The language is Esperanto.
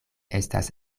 estas